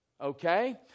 Okay